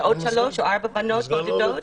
עוד שלוש או ארבע בנות בודדות